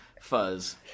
fuzz